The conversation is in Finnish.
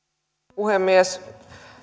puhemies